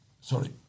Sorry